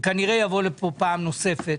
כנראה זה יבוא לכאן פעם נוספת.